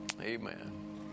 Amen